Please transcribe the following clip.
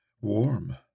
warm